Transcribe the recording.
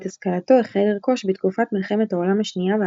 את השכלתו החל לרכוש בתקופת מלחמת העולם השנייה והשואה,